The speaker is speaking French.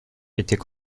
était